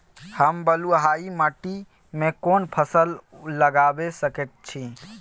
हम बलुआही माटी में कोन फसल लगाबै सकेत छी?